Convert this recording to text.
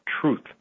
truth